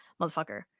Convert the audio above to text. motherfucker